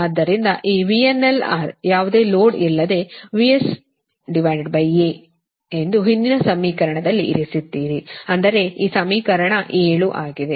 ಆದ್ದರಿಂದ ಈ VRNL ಯಾವುದೇ ಲೋಡ್ ಇಲ್ಲದೆ VSA ಎಂದು ಹಿಂದಿನ ಸಮೀಕರಣದಲ್ಲಿ ಇರಿಸಿದ್ದೀರಿ ಅಂದರೆ ಈ ಸಮೀಕರಣ 7 ಆಗಿದೆ